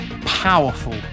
powerful